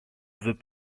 veut